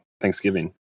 Thanksgiving